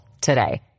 today